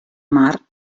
mar